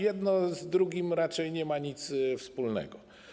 Jedno z drugim raczej nie ma nic wspólnego.